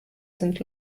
sind